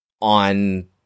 on